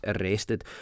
arrested